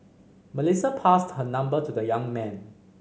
Melissa passed her number to the young man